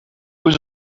was